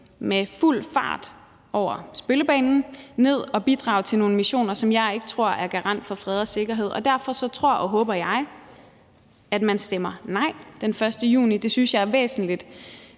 med fuld fart over spillebanen skal ned at bidrage til nogle missioner, som jeg ikke tror er en garant for fred og sikkerhed, og derfor tror og håber jeg, at man stemmer nej den 1. juni. Det synes jeg er væsentligt.